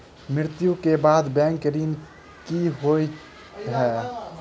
मृत्यु कऽ बाद बैंक ऋण कऽ की होइ है?